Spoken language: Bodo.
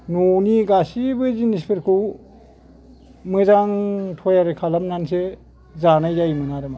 न'नि गासिबो जिनिसफोरखौ मोजां थयारि खालामनानैसो जानाय जायोमोन आरो मा